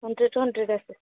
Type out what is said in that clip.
ହନ୍ଡ୍ରେଡ଼୍ରୁ hundred ଆସିବ